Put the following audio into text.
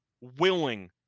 willing